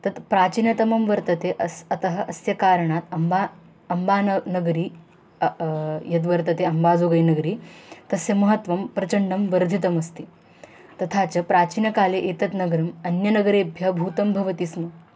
तत् प्राचीनतमं वर्तते अस् अतः अस्य कारणात् अम्बा अम्बा न नगरी यद्वर्तते अम्बासोगै नगरी तस्य महत्त्वं प्रचण्डं वर्धितमस्ति तथा च प्राचीनकाले एतत् नगरम् अन्यनगरेभ्यः भूतं भवति स्म